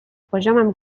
poziomem